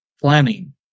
planning